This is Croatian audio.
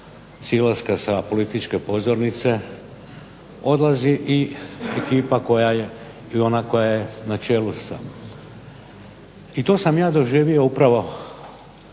silaska sa političke pozornice odlazi i ekipa koja je i na čelu sa. I to sam ja doživio upravo